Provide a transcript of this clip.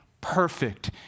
perfect